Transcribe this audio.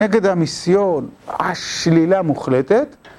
נגד המיסיון, השלילה מוחלטת.